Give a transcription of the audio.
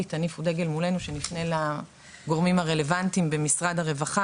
תניפו דגל מולנו כדי שנפנה לגורמים הרלוונטיים במשרד הרווחה